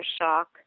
shock